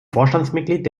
vorstandsmitglied